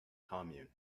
commune